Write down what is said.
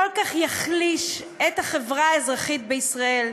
כל כך יחליש את החברה האזרחית בישראל.